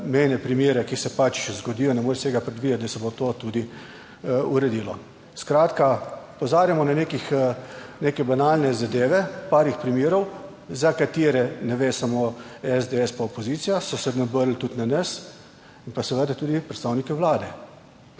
mejne primere, ki se pač zgodijo, ne moreš vsega predvideti, da se bo to tudi uredilo. Skratka, opozarjamo na nekih neke banalne zadeve, parih primerov za katere ne ve samo SDS pa opozicija, so se na obrnili tudi na nas in pa seveda tudi predstavnike Vlade.